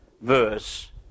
verse